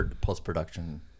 post-production